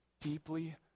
deeply